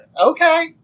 okay